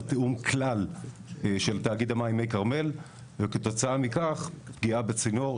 תיאום כלל של תאגיד המים מי כרמל וכתוצאה מכך פגיעה בצינור.